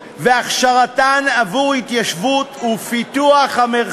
וגם היא תייצר קודי חקירה שיש בהם זכות בסיסית של אדם לא להיות מעונה